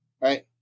right